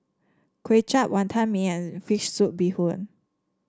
Kway Chap Wonton Mee and fish soup Bee Hoon